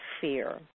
fear